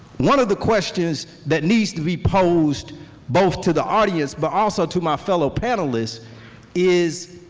one of the questions that needs to be posed both to the audience but also to my fellow panelists is,